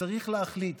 שצריך להחליט